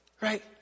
right